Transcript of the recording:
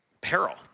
peril